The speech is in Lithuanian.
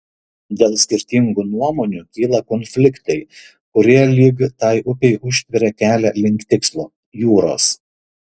dėl skirtingų nuomonių kyla konfliktai kurie lyg tai upei užtveria kelią link tikslo jūros